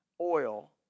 oil